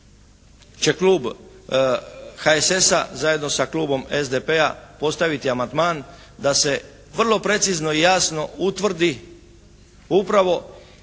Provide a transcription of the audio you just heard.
će klub HSS-a zajedno sa klubom SDP-a postaviti amandman da se vrlo precizno i jasno utvrdi upravo